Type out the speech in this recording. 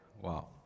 Wow